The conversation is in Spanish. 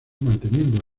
manteniendo